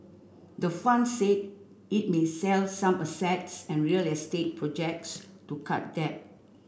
the fund said it needs sell some assets and real estate projects to cut debt